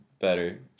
better